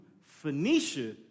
Phoenicia